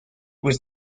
was